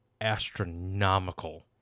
astronomical